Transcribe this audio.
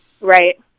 Right